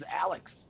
Alex